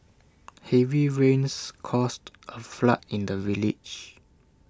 heavy rains caused A flood in the village